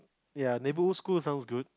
ya neighbourhood schools sound good